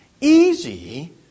easy